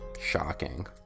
Shocking